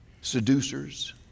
Seducers